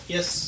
Yes